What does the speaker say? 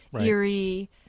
eerie